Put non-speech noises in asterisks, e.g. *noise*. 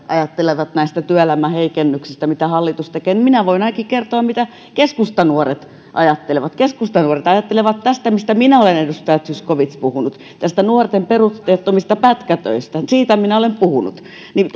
ajattelevat näistä työelämän heikennyksistä mitä hallitus tekee niin minä voin ainakin kertoa mitä keskustanuoret ajattelevat keskustanuoret ajattelevat tästä asiasta mistä minä olen edustaja zyskowicz puhunut nuorten perusteettomista pätkätöistä siitä minä olen puhunut niin *unintelligible*